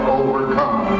overcome